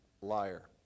liar